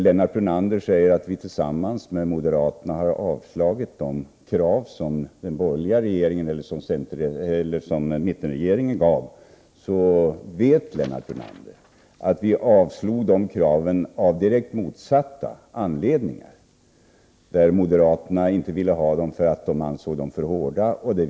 Lennart Brunander säger att vi tillsammans med moderaterna avslog de förslag till miljökrav på kolet som mittenregeringen lade fram. Han vet dock att vi avslog dem av direkt motsatta anledningar. Moderaterna ville inte ha dem för att de ansåg att de var för hårda.